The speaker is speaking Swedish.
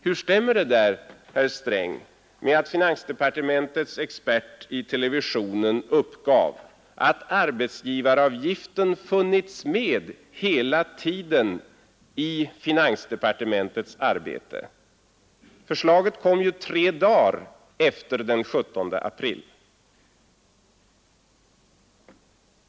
Hur stämmer detta, herr Sträng, med att finansdepartementets expert i TV uppgav att arbetsgivaravgiften funnits med hela tiden i finansdepartementets arbete? Förslaget kom ju tre dagar efter den 17 april.